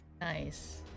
nice